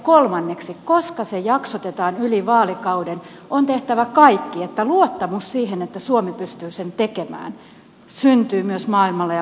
kolmanneksi koska se jaksotetaan yli vaalikauden on tehtävä kaikki että luottamus siihen että suomi pystyy sen tekemään syntyy myös maailmalla ja ulkopuolella